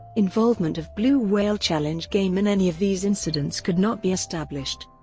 involvement of blue whale challenge game in any of these incidents could not be established.